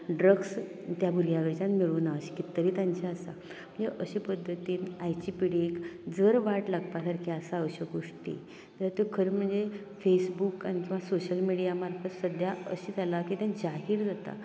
drugs त्या भुरग्याकडच्यान मेळूना अशें कितें तरी तांचे आसा ह्यो अशें पद्दतीन आयची पिडियेक जर वाट लागपा सारकी आसा अश्यो गोश्टी तर त्यो खरें म्हणजे फेसबूक आनी सोशल मिडिया मार्फत सद्द्या अशें जालां की तें जाहीर जाता